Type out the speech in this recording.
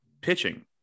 pitching